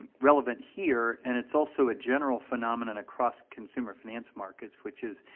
relevant here, and it's also a general phenomenon across consumer finance markets, which is,